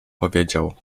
powiedział